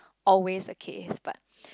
always the case but